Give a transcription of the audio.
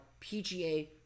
PGA